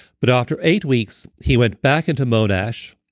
but after eight weeks, he went back into monash.